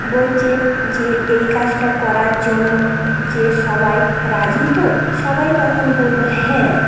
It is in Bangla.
বলই যে এই কাজটা করার জন্য যে সবাই রাজি তো সবাই তখন বলল হ্যাঁ